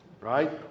Right